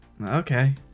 Okay